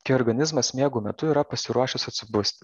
kai organizmas miego metu yra pasiruošęs atsibusti